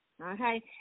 okay